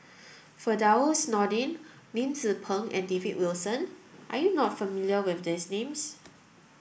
Firdaus Nordin Lim Tze Peng and David Wilson are you not familiar with these names